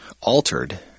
altered